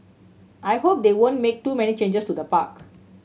I hope they won't make too many changes to the park